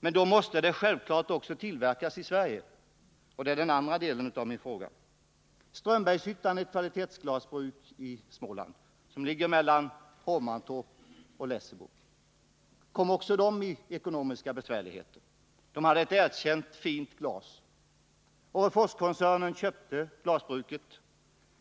Men då måste det självfallet också tillverkas i Sverige, något som jag tog upp i den andra delen av min fråga. Strömbergshyttan är ett kvalitetsglasbruk i Småland, som ligger mellan Hovmantorp och Lessebo, men som råkat komma i ekonomiska svårigheter. Bruket har ett erkänt fint glas. Orreforskoncernen köpte glasbruket.